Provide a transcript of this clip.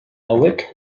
hauek